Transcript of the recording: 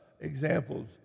examples